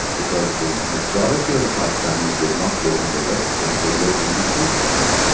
because the majority of the pakistanis did not live in the west wing, they lived in the east wing.